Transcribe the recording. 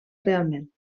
realment